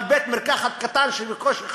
אבל בית-מרקחת קטן שבקושי חי,